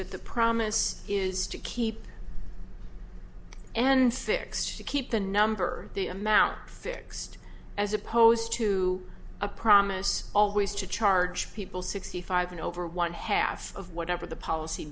that the promise is keep and sixty keep the number the amount fixed as opposed to a promise always to charge people sixty five and over one half of whatever the policy